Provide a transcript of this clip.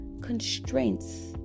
constraints